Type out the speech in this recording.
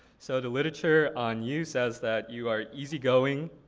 so the literature on you says that you are easy going,